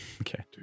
Okay